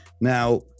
Now